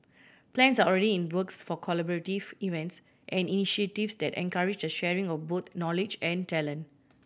plans are already in works for collaborative events and initiatives that encourage the sharing of both knowledge and talent